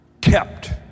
kept